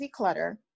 declutter